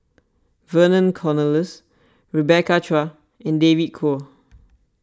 Vernon Cornelius Rebecca Chua and David Kwo